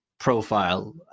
Profile